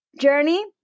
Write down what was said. Journey